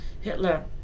Hitler